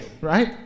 right